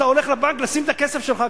אתה הולך לבנק לשים את הכסף שלך,